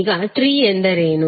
ಈಗ ಟ್ರೀ ಎಂದರೇನು